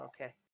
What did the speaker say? Okay